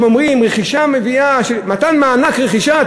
הם אומרים: מתן מענק רכישה,